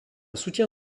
soutien